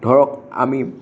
ধৰক আমি